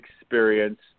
experience